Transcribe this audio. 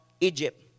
Egypt